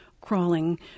crawling